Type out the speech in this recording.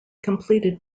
completed